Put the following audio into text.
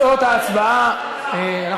תוצאות ההצבעה,